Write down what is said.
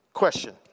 Question